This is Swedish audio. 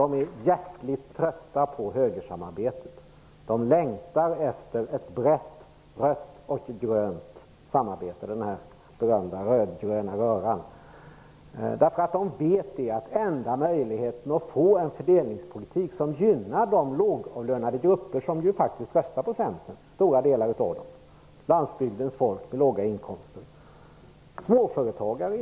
De är hjärtligt trötta på högersamarbetet. De längtar efter ett brett, rött och grönt samarbete - den berömda röd-gröna röran. De vet att enda möjligheten att åstadkomma en fördelningspolitik som gynnar de lågavlönade grupper som till stor del faktiskt röstar på Centern - landsbygdens folk med låga inkomster - är ett samarbete med t.ex. Vänsterpartiet.